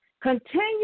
continue